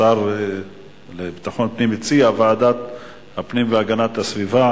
השר לביטחון הפנים הציע להעביר לוועדת הפנים והגנת הסביבה.